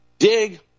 Dig